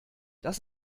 das